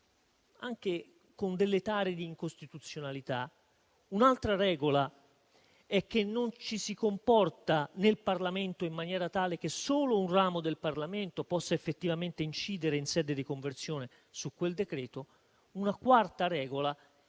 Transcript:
anche con delle tare di incostituzionalità. Un'altra regola è che nel Parlamento non ci si comporta in maniera tale che solo un ramo del Parlamento possa effettivamente incidere in sede di conversione su quel decreto. Una quarta regola è